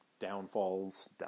downfalls